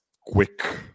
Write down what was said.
quick